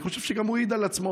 אני חושב שגם הוא העיד על עצמו,